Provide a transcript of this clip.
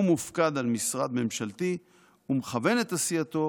הוא מופקד על משרד ממשלתי ומכוון את עשייתו,